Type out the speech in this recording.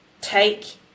take